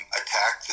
attack